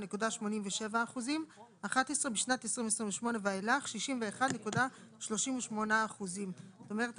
59.87%; (11) בשנת 2028 ואילך 61.38%. זאת אומרת,